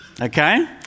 Okay